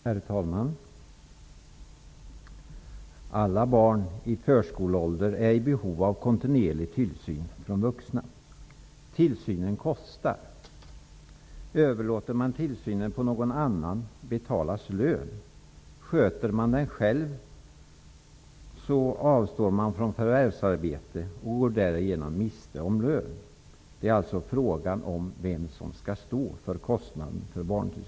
Herr talman! Alla barn i förskoleålder är i behov av kontinuerlig tillsyn från vuxna. Tillsynen kostar. Överlåter man tillsynen på någon annan betalas lön. Sköter man den själv avstår man från förvärvsarbete och går därigenom miste om lön. Det är alltså fråga om vem som skall stå för kostnaden.